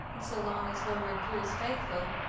and so long as memory proves faithful,